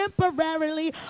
temporarily